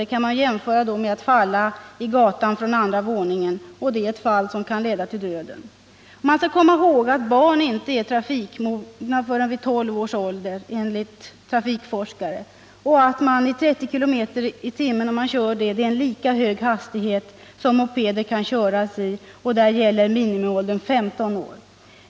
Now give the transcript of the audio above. Det kan man jämföra med att falla i gatan från andra våningen — ett fall som kan leda till döden. Man skall komma ihåg att barn enligt trafikforskare inte är trafikmogna förrän vid tolv års ålder och att 30 km/tim. är en lika hög hastighet som mopeder kan köras i — och där gäller minimiåldern 15 år.